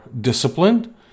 disciplined